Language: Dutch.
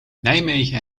nijmegen